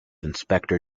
inspector